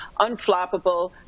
unflappable